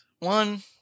One